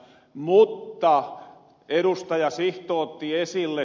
mutta ed